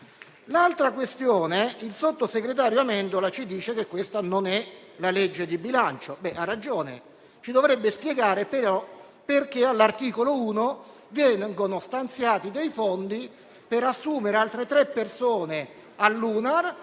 un'altra questione. Il sottosegretario Amendola ci fa presente che questa non è la legge di bilancio; ha ragione, ma ci dovrebbe spiegare allora perché all'articolo 1 vengono stanziati fondi per assumere altre tre persone all'UNAR,